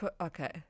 Okay